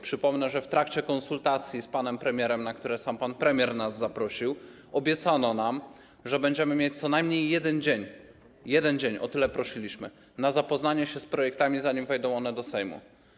Przypomnę, że w trakcie konsultacji z panem premierem, na które sam pan premier nas zaprosił, obiecano nam, że będziemy mieć co najmniej 1 dzień - 1 dzień, o tyle prosiliśmy - na zapoznanie się z projektami, zanim trafią one do Sejmu.